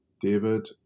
David